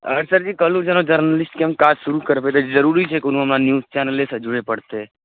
अर सरजी कहलहुँ जेना जर्नलिस्टके हम काज शुरू करबै तऽ जरुरी छै कोनो हमरा न्यूज चैनलेसँ जुड़ै पड़तै